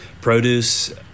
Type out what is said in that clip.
produce